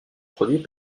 produit